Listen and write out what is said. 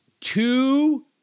Two